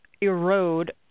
erode